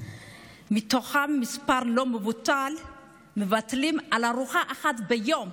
ומתוכם מספר לא מבוטל מוותרים על ארוחה אחת ביום,